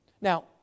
Now